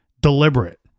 deliberate